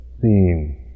seeing